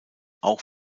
auch